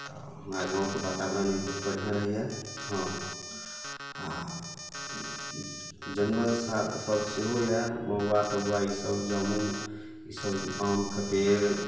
तऽ हमरा गामके वातावरण भी बहुत बढ़िआँ रहैए हँ आओर जङ्गलसे सब सेहो यऽ महुआ तहुआ ईसब जामुन ईसब आमके पेड़